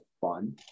fun